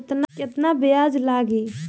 केतना ब्याज लागी?